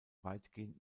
weitgehend